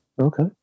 okay